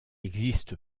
existe